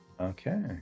Okay